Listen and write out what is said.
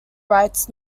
rights